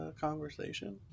conversation